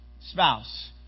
spouse